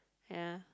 ya